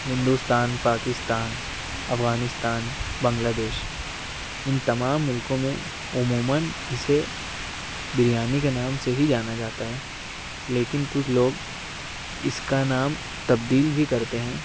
Hindustan Pakistan Afghanistan Bangladesh ان تمام ملکوں میں عموماََ اسے بریانی کے نام سے ہی جانا جاتا ہے لیکن کچھ لوگ اس کا نام تبدیل بھی کرتے ہیں